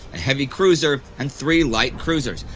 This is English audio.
a heavy cruiser, and three light cruisers.